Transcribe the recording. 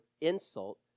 insult